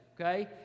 okay